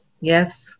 yes